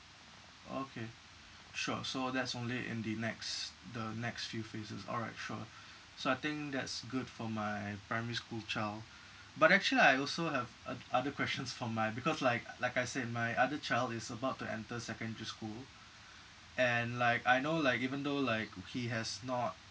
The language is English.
okay sure so that's only in the next the next few phases all right sure so I think that's good for my primary school child but actually I also have ot~ other questions for my because like like I said my other child is about to enter secondary school and like I know like even though like he has not